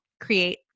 create